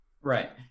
Right